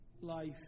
Life